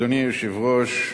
אדוני היושב-ראש,